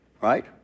right